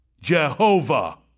Jehovah